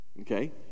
Okay